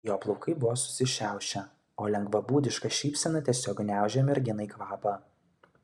jo plaukai buvo susišiaušę o lengvabūdiška šypsena tiesiog gniaužė merginai kvapą